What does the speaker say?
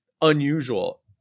unusual